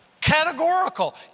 categorical